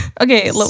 Okay